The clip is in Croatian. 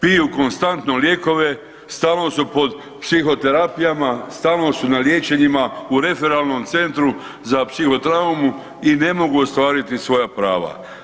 Piju konstantno lijekove, stalno su pod psihoterapijama, stalno su na liječenjima, u referalnom centru za psiho traumu i ne mogu ostvariti svoja prava.